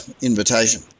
invitation